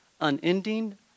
unending